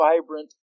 vibrant